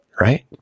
right